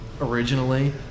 originally